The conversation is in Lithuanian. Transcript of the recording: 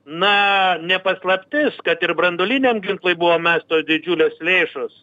na ne paslaptis kad ir branduoliniam ginklui buvo mestos didžiulės lėšos